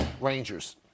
Rangers